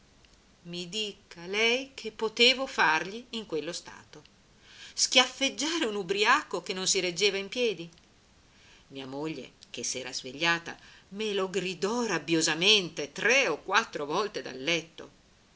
dica lei che potevo fargli in quello stato schiaffeggiare un ubriaco che non si reggeva in piedi mia moglie che s'era svegliata me lo gridò rabbiosamente tre o quattro volte dal letto